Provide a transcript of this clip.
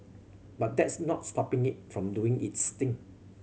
but that's not stopping it from doing its thing